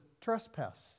trespass